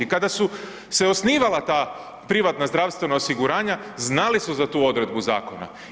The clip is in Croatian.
I kada se osnivala ta privatna zdravstvena osiguranja, znali su za tu odredbu zakona.